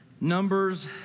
Numbers